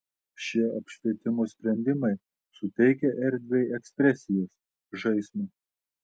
šie apšvietimo sprendimai suteikia erdvei ekspresijos žaismo